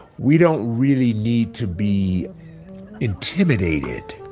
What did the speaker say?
we don't really need to be intimidated.